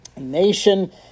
nation